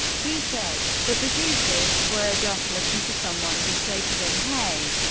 he said, the producers were just looking for someone to say to them, hey,